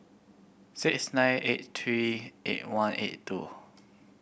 six nine eight three eight one eight two